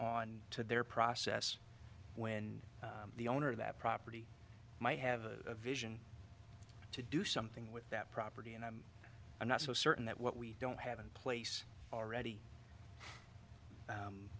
on to their process when the owner of that property might have a vision to do something with that property and i'm not so certain that what we don't have a place already